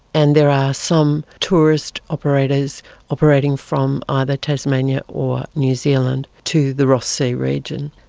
and there are some tourist operators operating from either tasmania or new zealand to the ross sea region.